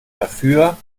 dafür